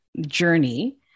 journey